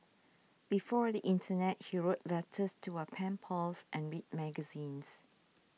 before the internet he wrote letters to our pen pals and read magazines